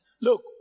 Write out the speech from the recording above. Look